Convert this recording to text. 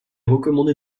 recommandé